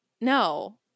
no